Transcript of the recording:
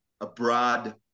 abroad